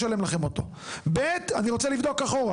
תמשיך, תסיים את תשובתך ואז תהיה לי עוד שאלה.